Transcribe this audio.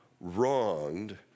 wronged